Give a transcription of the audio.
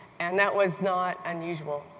and that was not unusual.